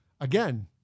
Again